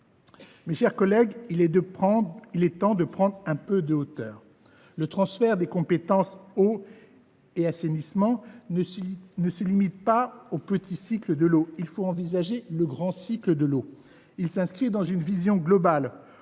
Mes chers collègues, il est temps de prendre de la hauteur. Le transfert des compétences « eau » et « assainissement » ne se limite pas au petit cycle de l’eau ; il faut envisager aussi le grand cycle de l’eau. Il s’inscrit dans une vision globale